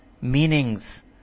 meanings